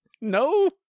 no